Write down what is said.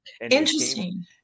Interesting